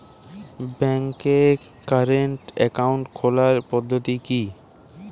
ব্যাংকে current account খোলার পদ্ধতি কি?